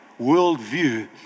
worldview